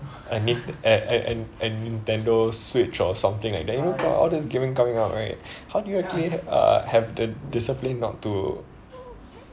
a nin~ a a a nintendo switch or something like that you know all this gaming coming out right how do you actually uh have the discipline not to